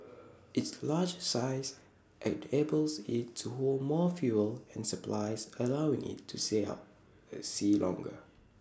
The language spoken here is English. its larger size enables IT to hold more fuel and supplies allowing IT to stay out at sea longer